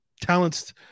talents